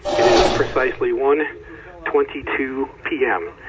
it is precisely one twenty two p m.